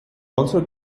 also